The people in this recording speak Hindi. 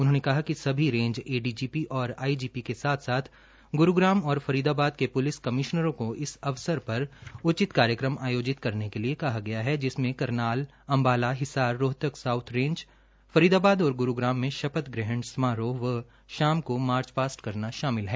उन्होंने कहा कि सभी रेंज एडीजीपी और आईजीपी के साथ साथ ग्रूग्राम और फरीदाबाद के पुलिस कमिशनरों को इस अवसर पर उचित कार्यक्रम आयोजित करने के लिए कहा गया है जिसमें करनाल अम्बाला हिसार रोहतक साऊथ रेंज फरीदबाद और ग्रूग्राम में शपथ ग्रहण समारोह व शाम को मार्च पास्ट करना शामिल है